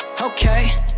okay